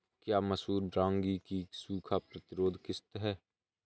क्या मसूर रागी की सूखा प्रतिरोध किश्त है?